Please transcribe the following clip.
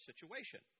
situation